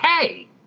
hey